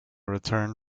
return